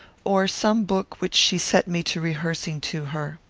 or some book which she set me to rehearsing to her.